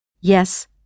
Yes